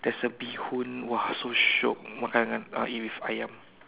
there's a bee-hoon !wah! so shiok makan dengan uh eat with ayam